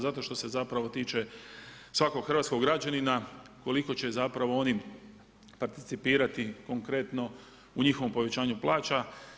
Zato što se zapravo tiče svakog hrvatskog građanina, koliko će zapravo oni participirati konkretno u njihovom povećanju plaća.